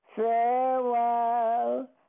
Farewell